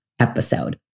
episode